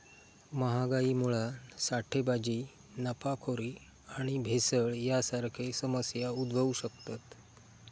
महागाईमुळा साठेबाजी, नफाखोरी आणि भेसळ यांसारखे समस्या उद्भवु शकतत